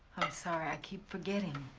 sorry. i keep forgetting,